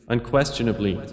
Unquestionably